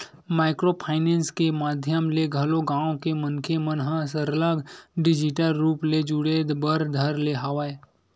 micro finance के माधियम ले घलो गाँव के मनखे मन ह सरलग डिजिटल रुप ले जुड़े बर धर ले हवय